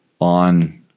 on